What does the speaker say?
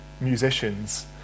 musicians